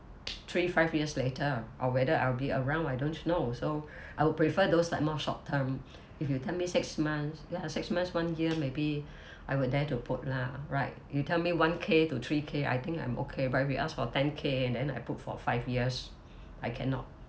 three five years later or whether I'll be around I don't know so I would prefer those like more short term if you tell me six months ya six months one year maybe I would dare to put lah right you tell me one K to three K I think I'm okay but if you ask for ten K and then I put for five years I cannot